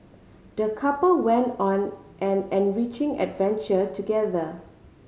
the couple went on an enriching adventure together